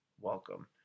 Welcome